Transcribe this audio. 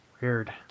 Weird